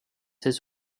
his